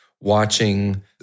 watching